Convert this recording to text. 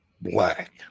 black